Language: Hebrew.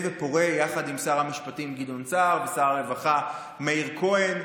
ופורה יחד עם שר המשפטים גדעון סער ושר הרווחה מאיר כהן,